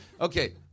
Okay